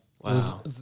Wow